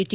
T